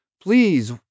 Please